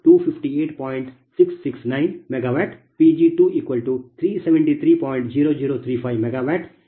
669 MW Pg2373